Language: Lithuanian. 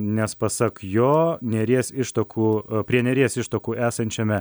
nes pasak jo neries ištakų prie neries ištakų esančiame